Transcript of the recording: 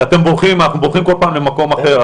אנחנו בורחים כל פעם למקום אחר,